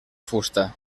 fusta